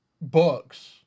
books